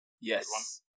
Yes